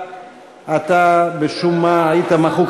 אתה משום מה היית מחוק.